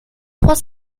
trois